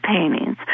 paintings